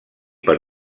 per